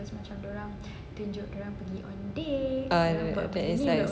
uh ya ya is like so cute